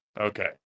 Okay